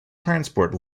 transport